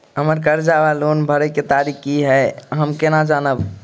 हम्मर कर्जा वा लोन भरय केँ तारीख की हय सँ हम केना जानब?